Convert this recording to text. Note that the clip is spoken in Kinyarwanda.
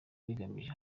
bigamije